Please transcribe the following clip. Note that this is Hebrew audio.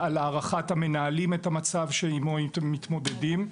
הערכת המנהלים את המצב שעמו מתמודדים.